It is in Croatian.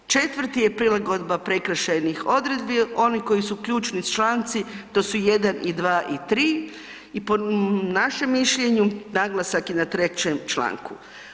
4. je prilagodba prekršajnih odredbi, oni koji su ključni članci to su 1, 2 i 3 i po našem mišljenju naglasak je na 3. članku.